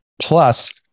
Plus